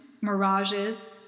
mirages